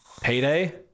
Payday